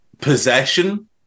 possession